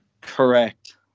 Correct